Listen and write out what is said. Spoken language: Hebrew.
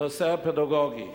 הנושא הפדגוגי,